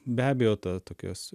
be abejo ta tokias